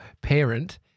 parent